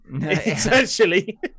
essentially